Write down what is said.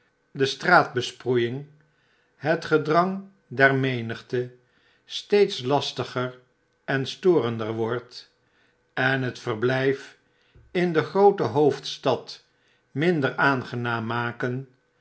de straatbesproeiing het gedrang der menigte steeds lastiger en storender wordt en het verblijf in de groote hoofdstad minder aangenaam maken